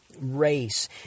race